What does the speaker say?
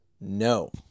No